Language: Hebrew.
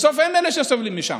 בסוף הם אלה שסובלים שם.